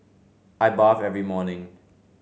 I bathe every morning